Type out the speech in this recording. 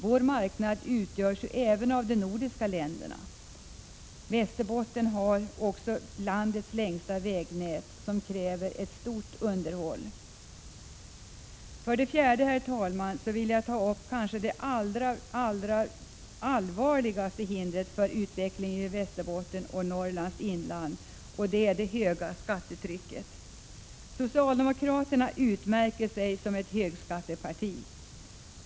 Vår marknad utgörs ju även av de nordiska länderna. Västerbotten har också landets längsta vägnät, som kräver ett stort underhåll. Herr talman! Det fjärde område som jag vill ta upp är det kanske allra allvarligaste hindret för utveckling i Västerbotten och Norrlands inland: det höga skattetrycket. Socialdemokraterna utmärker sig som ett högskatteparti.